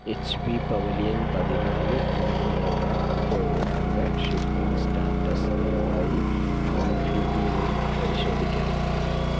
H P pavilion പതിനാല് എന്നതിനായുള്ള എൻ്റെ ഓഡറിൻ്റെ ഷിപ്പിംഗ് സ്റ്റാറ്റസ് ദയവായി ഇൻഫിബീമിൽ പരിശോധിക്കാമോ